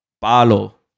Palo